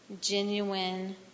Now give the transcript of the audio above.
genuine